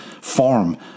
form